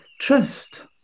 trust